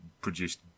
produced